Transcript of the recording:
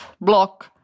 block